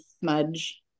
smudge